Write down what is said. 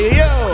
yo